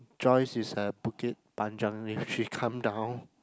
Joyce is at Bukit-panjang then she come down